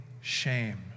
shame